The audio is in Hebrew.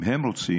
אם הם רוצים,